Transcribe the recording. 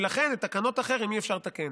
ולכן את תקנות החרם אי-אפשר לתקן.